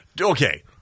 okay